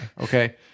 Okay